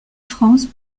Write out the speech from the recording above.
france